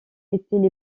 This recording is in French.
étaient